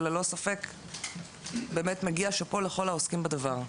וללא ספק מגיע שאפו לכל העוסקים בדבר.